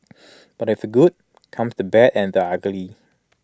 but with the good comes the bad and the ugly